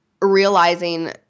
realizing